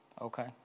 Okay